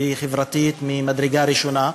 והיא חברתית ממדרגה ראשונה,